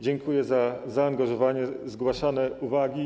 Dziękuję za zaangażowanie, zgłaszane uwagi.